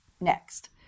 next